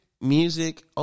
Music